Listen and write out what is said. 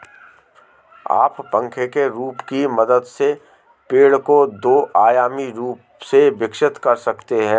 आप पंखे के रूप की मदद से पेड़ को दो आयामी रूप से विकसित कर सकते हैं